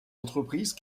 entreprises